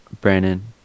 Brandon